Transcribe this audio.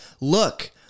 look